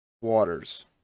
waters